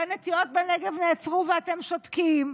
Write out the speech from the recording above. הנטיעות בנגב נעצרו ואתם שותקים,